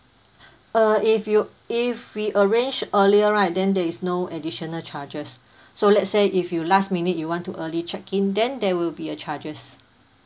uh if you if we arrange earlier right then there is no additional charges so let's say if you last minute you want to early check in then there will be a charges